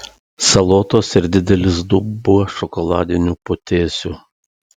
salotos ir didelis dubuo šokoladinių putėsių